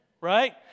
right